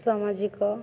ସାମାଜିକ